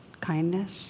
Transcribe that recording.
Kindness